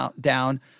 down